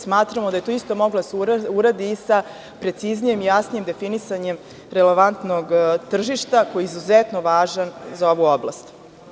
Smatramo da je to isto moglo da se uradi i sa preciznijim i jasnijim definisanjem irelevantnog tržišta, koji je izuzetno važan za ovu oblast.